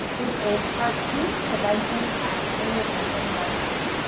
this is part two, prevention as intervention webinar.